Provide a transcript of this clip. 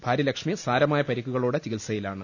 ഭാരൃ ലക്ഷ്മി സാരമായ പരിക്കുകളോടെ ചികിത്സയിലാണ്